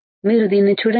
మీరు దీనిని చూడండి